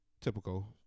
typical